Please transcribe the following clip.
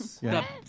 Yes